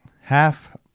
half